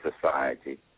society